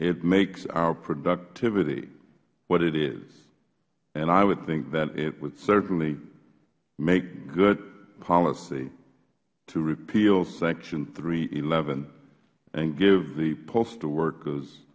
it makes our productivity what it is and i would think that it would certainly make good policy to repeal section three hundred and eleven and give the postal workers